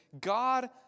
God